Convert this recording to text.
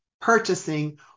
purchasing